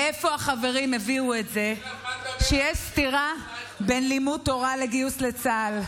מאיפה החברים הביאו את זה שיש סתירה בין לימוד תורה לגיוס לצה"ל?